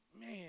man